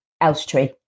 Elstree